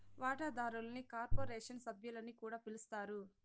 వాటాదారుల్ని కార్పొరేషన్ సభ్యులని కూడా పిలస్తారు